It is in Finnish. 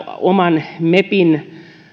oman meppipaikan